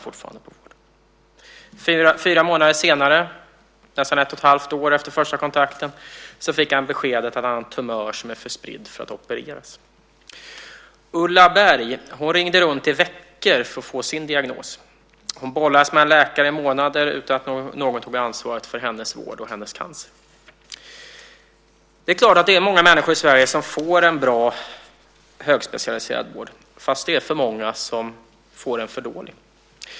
Fyra månader senare, nästan ett och ett halvt år efter första kontakten, fick han beskedet att han hade en tumör som var för spridd för att opereras. Ulla Berg ringde runt i veckor för att få sin diagnos. Hon bollades mellan läkare i månader utan att någon tog ansvaret för hennes vård och hennes cancer. Det är klart att det är många människor i Sverige som får en bra, högspecialiserad vård, men det är för många som får en för dålig.